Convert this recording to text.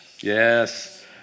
Yes